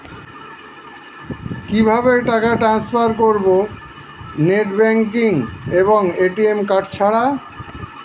কিভাবে টাকা টান্সফার করব নেট ব্যাংকিং এবং এ.টি.এম কার্ড ছাড়া?